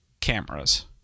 cameras